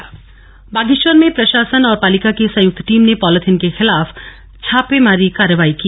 छापेमारी बागेश्वर बागेश्वर में प्रशासन और पालिका की संयुक्त टीम ने पॉलीथिन के खिलाफ छापेमारी कार्रवाई की